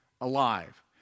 alive